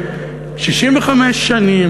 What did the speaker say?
65 שנים,